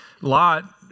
Lot